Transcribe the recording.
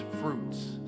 fruits